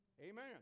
Amen